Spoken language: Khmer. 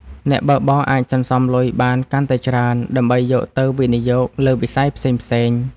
អ្នកបើកបរអាចសន្សំលុយបានកាន់តែច្រើន ដើម្បីយកទៅវិនិយោគលើវិស័យផ្សេងៗ។